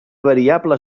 variable